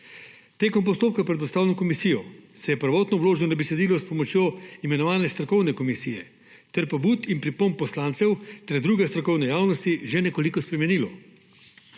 Tekom postopka pred Ustavno komisijo se je prvotno vloženo besedilo s pomočjo imenovane strokovne komisije ter pobud in pripomb poslancev ter druge strokovne javnosti že nekoliko spremenilo.